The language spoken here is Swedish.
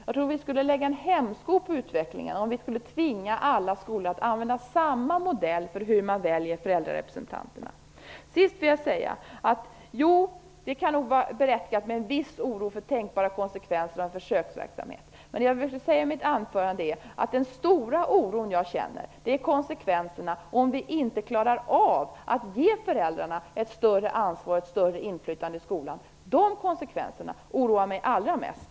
Jag tror att vi skulle lägga en hämsko på utvecklingen om vi skulle tvinga alla skolor att använda samma modell för hur man väljer föräldrarepresentanterna. Sist vill jag säga att det kan vara berättigat med en viss oro för tänkbara konsekvenser av försöksverksamhet. Men den stora oro jag känner gäller konsekvenserna om vi inte klarar av att ge föräldrarna ett större ansvar och inflytande i skolan. De konsekvenserna oroar mig allra mest.